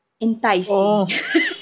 enticing